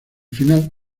final